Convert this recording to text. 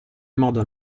modo